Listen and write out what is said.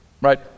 Right